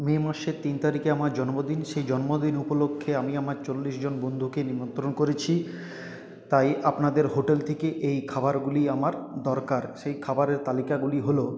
মে মাসের তিন তারিখে আমার জন্মদিন সেই জন্মদিন উপলক্ষে আমি আমার চল্লিশজন বন্ধুকে নিমন্ত্রণ করেছি তাই আপনাদের হোটেল থেকে এই খাবারগুলি আমার দরকার সেই খাবারের তালিকাগুলি হল